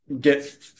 get